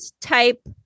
type